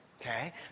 okay